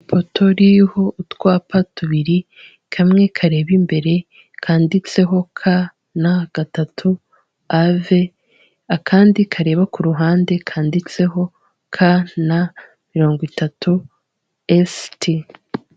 Ipoto ririho utwapa tubiri, kamwe kareba imbere kanditseho KN 3 av, akandi kareba ku ruhande kanditseho KN 30 st.